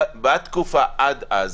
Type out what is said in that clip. בתקופה עד אז,